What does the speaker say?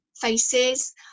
faces